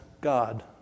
God